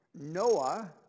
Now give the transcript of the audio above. Noah